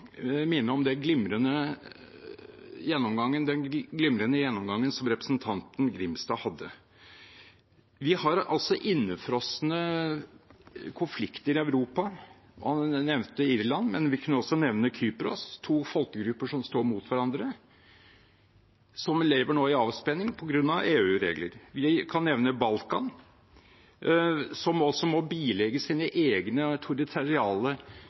minne om den glimrende gjennomgangen som representanten Grimstad hadde. Vi har innefrosne konflikter i Europa. Han nevnte Irland, men vi kunne også nevne Kypros – to folkegrupper som står mot hverandre, som nå lever i avspenning på grunn av EU-regler. Vi kan nevne Balkan, som må bilegge sine egne